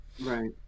Right